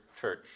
church